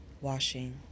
washing